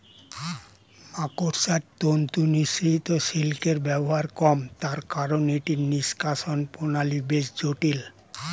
মাকড়সার তন্তু নিঃসৃত সিল্কের ব্যবহার কম, তার কারন এটির নিষ্কাশণ প্রণালী বেশ জটিল